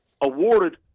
awarded